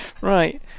Right